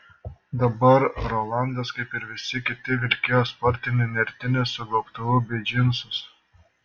dabar rolandas kaip ir visi kiti vilkėjo sportinį nertinį su gobtuvu bei džinsus